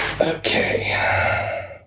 Okay